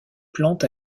plante